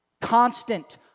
constant